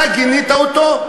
אתה גינית אותו?